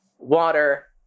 Water